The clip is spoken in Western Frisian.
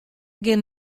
gean